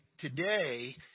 today